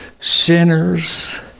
sinners